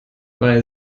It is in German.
bei